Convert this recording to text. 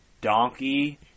donkey